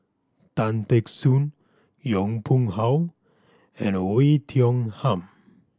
Tan Teck Soon Yong Pung How and Oei Tiong Ham